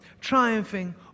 triumphing